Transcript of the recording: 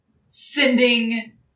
sending